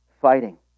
fighting